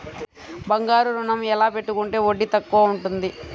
బంగారు ఋణం ఎలా పెట్టుకుంటే వడ్డీ తక్కువ ఉంటుంది?